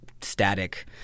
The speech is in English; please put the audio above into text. static